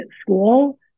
school